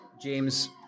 James